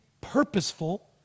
purposeful